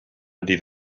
ydy